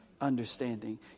understanding